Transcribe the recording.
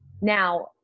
Now